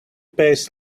pays